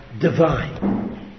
divine